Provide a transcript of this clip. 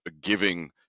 giving